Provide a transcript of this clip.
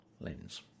lens